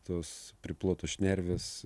tos priplotos šnervės